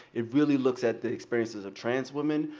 it really looks at the experiences of trans women,